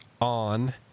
on